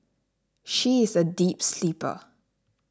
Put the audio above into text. she is a deep sleeper